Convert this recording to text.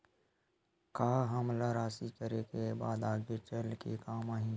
का हमला राशि करे के बाद आगे चल के काम आही?